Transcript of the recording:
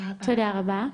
תודה רבה.